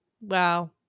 Wow